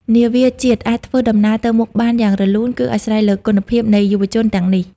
នាវាជាតិអាចធ្វើដំណើរទៅមុខបានយ៉ាងរលូន គឺអាស្រ័យលើគុណភាពនៃយុវជនទាំងនេះ។